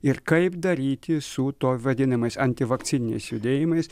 ir kaip daryti su tuo vadinamais antivakcininiais judėjimais